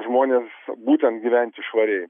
žmones būtent gyventi švariai